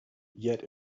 yet